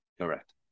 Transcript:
Correct